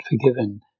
forgiven